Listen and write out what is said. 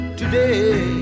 today